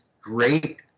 great